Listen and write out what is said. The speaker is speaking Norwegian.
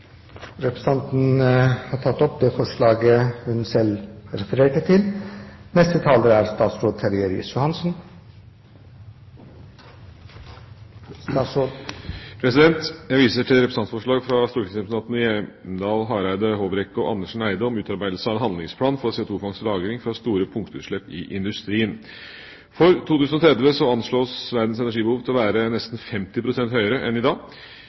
Representanten Line Henriette Hjemdal har tatt opp det forslaget hun refererte til. Jeg viser til representantforslag fra stortingsrepresentantene Hjemdal, Hareide, Håbrekke og Andersen Eide om utarbeidelse av en handlingsplan for CO2-fangst og -lagring fra store punktutslipp i industrien. I 2030 anslås verdens energibehov å være nesten 50 pst. høyere enn i dag.